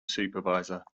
supervisor